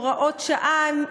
הוראות שעה,